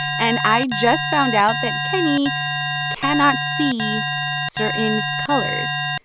and i just found out that kenny cannot see certain colors.